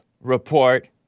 Report